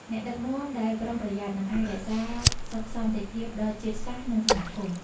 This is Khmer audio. អ្នកដឹកនាំដែលប្រុងប្រយ័ត្ន នឹងអាចរក្សាសុខសន្តិភាពដល់ជាតិសាសន៍ និងសហគមន៍។